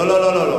לא, לא.